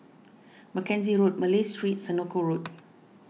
Mackenzie Road Malay Street Senoko Road